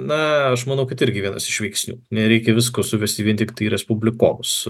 na aš manau kad irgi vienas iš veiksnių nereikia visko suvesti vien tiktai į respublikonus